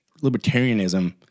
libertarianism